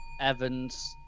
Evans